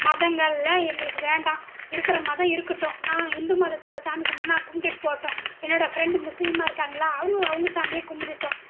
மதங்களில் எங்களுக்கு வேண்டாம் இருக்கிற மதம் இருக்கட்டும் நான் இந்து மதத்தில் சாமி கும்பறேனால் கும்பிட்டுட்டு போகட்டும் என்னோடய ஃப்ரெண்ட் முஸ்லீமாக இருக்காங்களா அவங்க அவங்க சாமியை கும்பிடட்டும்